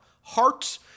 hearts